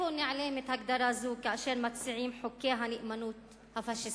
לאן נעלמת הגדרה זו כאשר מציעים את חוקי הנאמנות הפאשיסטיים?